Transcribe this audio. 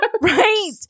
Right